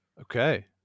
Okay